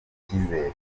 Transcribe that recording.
ikizere